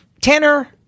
Tanner